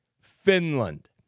Finland